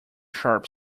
sharp